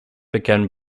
began